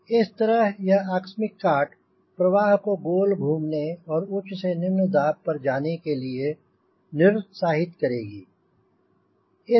इस तरह यह आकस्मिक काट प्रवाह को गोल घूमने और उच्च से निम्न दाब पर जाने के लिए निरुत्साहित करेगी